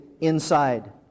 inside